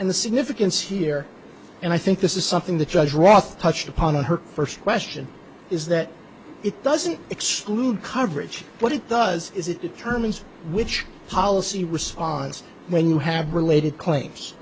and the significance is here and i think this is something that judge roth touched upon in her first question is that it doesn't exclude coverage but it does is it determines which policy response when you have related claims